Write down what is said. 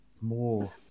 more